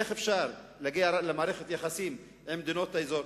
איך אפשר להגיע למערכת יחסים עם מדינות האזור?